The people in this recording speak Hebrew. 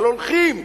אבל הולכים קדימה.